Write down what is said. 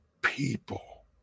people